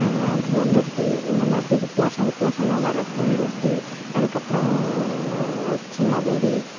பூந்தொட்டி இந்த மாதிரி வித்தியாசம் வித்தியாசமாக வர பூந்தொட்டி அதுக்கப்றம் சின்ன வெடி